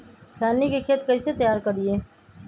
खैनी के खेत कइसे तैयार करिए?